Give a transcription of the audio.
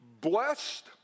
Blessed